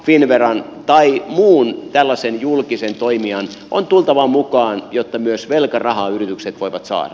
finnveran tai muun tällaisen julkisen toimijan on tultava mukaan jotta myös velkarahaa yritykset voivat saada